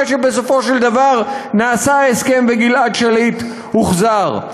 שבסופו של דבר נעשה ההסכם וגלעד שליט הוחזר.